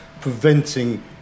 preventing